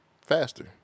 Faster